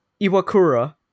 iwakura